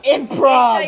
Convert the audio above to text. Improv